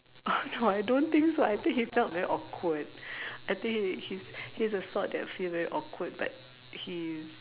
no I don't think so I think he felt very awkward I think he he's he's the sort that feel very awkward but he is